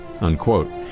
unquote